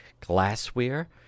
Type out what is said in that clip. glassware